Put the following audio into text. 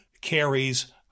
carries